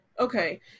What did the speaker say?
Okay